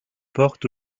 porte